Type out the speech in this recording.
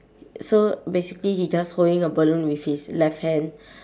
so basically he just holding a balloon with his left hand